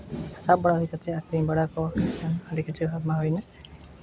ᱥᱟᱵ ᱵᱟᱲᱟ ᱦᱩᱭ ᱠᱟᱛᱮᱫ ᱟᱹᱠᱷᱨᱤᱧ ᱠᱚ ᱟᱹᱰᱤ ᱠᱤᱪᱷᱩ ᱟᱭᱢᱟ ᱦᱩᱭᱱᱟ